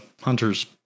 hunters